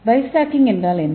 by stacking என்றால் என்ன